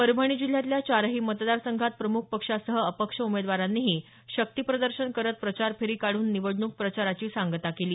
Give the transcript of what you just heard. परभणी जिल्ह्यातल्या चारही मतदारसंघात प्रमुख पक्षासह अपक्ष उमेदवारांनीही शक्तीप्रदर्शन करत प्रचार फेरी काढून निवडणूक प्रचाराची सांगता केली